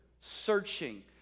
searching